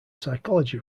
psychology